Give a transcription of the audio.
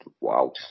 Wow